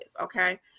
okay